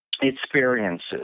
experiences